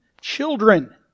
children